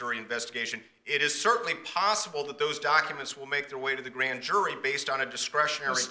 jury investigation it is certainly possible that those documents will make their way to the grand jury based on a discretionary